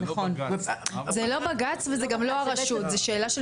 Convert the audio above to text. זה לא בג"ץ וזה גם לא הרשות, זו שאלה של